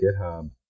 GitHub